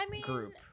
group